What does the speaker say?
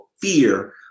fear